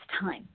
time